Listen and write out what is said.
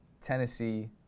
Tennessee